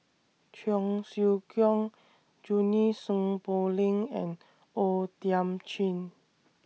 Cheong Siew Keong Junie Sng Poh Leng and O Thiam Chin